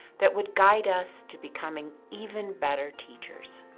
that would guide us to becoming even better teachers.